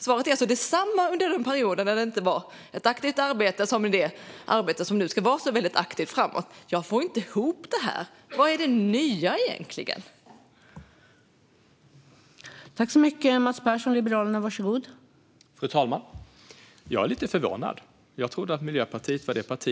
Svaret nu är alltså detsamma som under den period när det inte var ett så aktivt arbete som det nu ska vara framåt. Jag får inte ihop detta. Vad är egentligen det nya?